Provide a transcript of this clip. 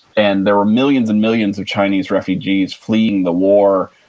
and there were millions and millions of chinese refugees fleeing the war,